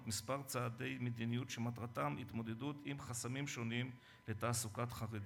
כמה צעדי מדיניות שמטרתם התמודדות עם חסמים שונים לתעסוקת חרדים.